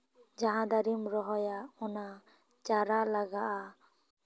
ᱡᱟᱦᱟᱸ ᱫᱟᱨᱮᱢ ᱨᱚᱦᱚᱭᱟ ᱚᱱᱟ ᱪᱟᱨᱟ ᱞᱟᱜᱟᱜᱼᱟ